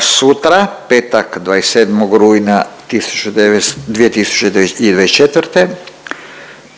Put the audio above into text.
Sutra, petak 27. rujna 2024.